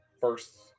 first